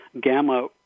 gamma